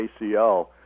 ACL